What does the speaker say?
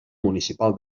municipal